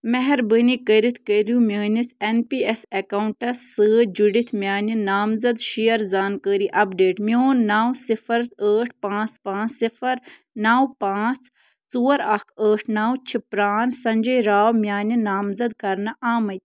مہربٲنی کٔرتھ کٔرو میٛٲنس ایٚن پی ایٚس ایٚکاونٛٹس سۭتۍ جڑِتھ میٛانہِ نامزدٕ شیر زانٛکٲری اپڈیٹ میٛون نَو صِفر ٲٹھ پانٛژھ پانٛژھ صِفر نَو پانٛژھ ژور اکھ ٲٹھ نَو چھِ پرٛان سنٛجے را میٛٲنہِ نامزدٕ کرنہٕ آمِتۍ